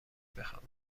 بخوابم